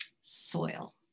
Soil